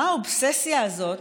מה האובססיה הזאת